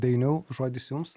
dainiau žodis jums